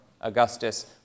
Augustus